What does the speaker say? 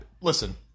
listen